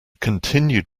continued